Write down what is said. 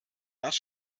das